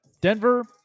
Denver